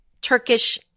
Turkish